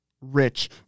Rich